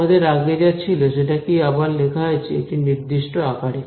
আমাদের আগে যা ছিল সেটাকেই আবার লেখা হয়েছে একটি নির্দিষ্ট আকারে